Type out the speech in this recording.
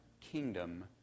kingdom